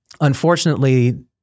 Unfortunately